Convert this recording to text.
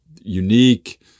unique